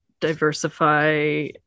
diversify